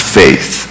faith